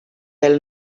del